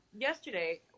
yesterday